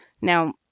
Now